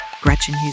Gretchen